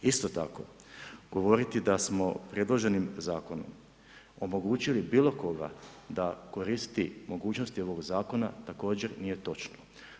Isto tako, govoriti da smo predloženim zakonom, omogućili bilo koga da koristi mogućnosti ovog zakona također nije točno.